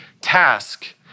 task